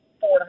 four